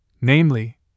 Namely